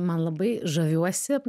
man labai žaviuosi